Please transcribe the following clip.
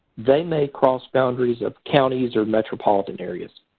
they may cross boundaries of counties or metropolitan areas.